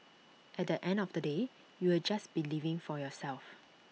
at the end of the day you'll just be living for yourself